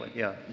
yeah.